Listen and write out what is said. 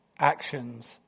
actions